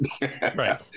Right